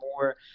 more